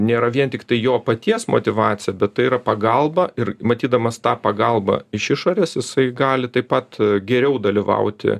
nėra vien tiktai jo paties motyvacija bet tai yra pagalba ir matydamas tą pagalbą iš išorės jisai gali taip pat geriau dalyvauti